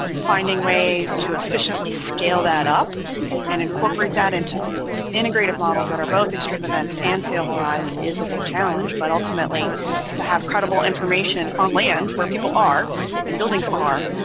finding ways to efficiently scale that up and incorporate that into these integrated models that are both extreme events and sea level rise is a big challenge but ultimately to have credible information on land where people are and buildings are,